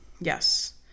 yes